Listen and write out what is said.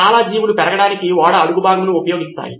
చాలా జీవులు పెరగడానికి ఓడ అడుగు భాగమును ఉపయోగిస్తాయి